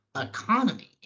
economy